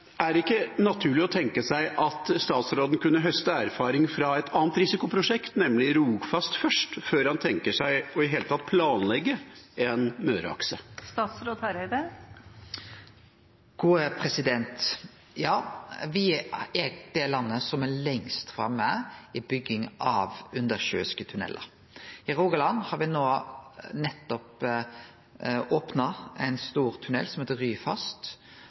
Er det ikke naturlig å tenke seg at statsråden kunne høste erfaring fra et annet risikoprosjekt først, nemlig Rogfast, før han tenker seg i det hele tatt å planlegge Møreaksen? Me er det landet som er lengst framme i bygging av undersjøiske tunnelar. I Rogaland har me nettopp opna ein stor tunnel som heiter Ryfast.